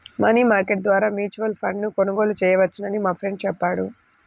money market ద్వారా mutual ఫండ్ను కొనుగోలు చేయవచ్చని మా ఫ్రెండు చెప్పాడు